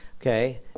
Okay